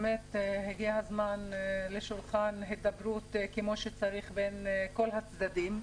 באמת הגיע הזמן לקיים שולחן להידברות כמו שצריך בין כל הצדדים.